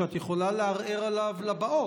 שאת יכולה לערער עליו לבאות,